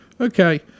Okay